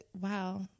Wow